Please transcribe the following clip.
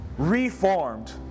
reformed